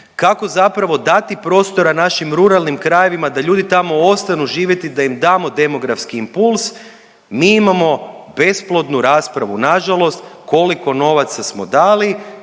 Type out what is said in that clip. kako zapravo dati prostora našim ruralnim krajevima da ljudi tamo ostanu živjeti da im damo demografski impuls mi imamo besplodnu raspravu nažalost koliko novaca smo dali,